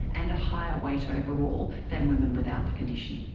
and a higher weight overall than women without the condition.